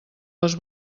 les